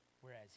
Whereas